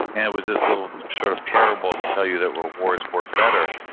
and it was this little sort of parable to tell you that rewards worked better.